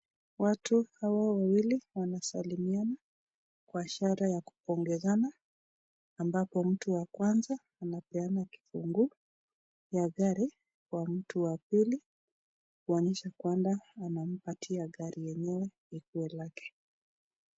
Watu hawa wawili wana salimiana kwa ishara ya kupongezana ambapo mtu wa kwanza amepeana kifunguu ya gari kwa mtu wa pili kuonyesha kwamba anampatia gari lenyewe ikue lake.